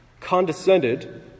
condescended